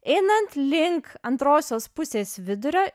einant link antrosios pusės vidurio